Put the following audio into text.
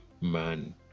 man